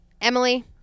Emily